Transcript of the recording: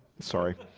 sorry